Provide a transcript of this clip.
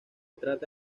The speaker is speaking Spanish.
trata